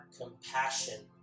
compassion